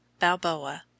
Balboa